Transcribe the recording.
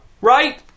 Right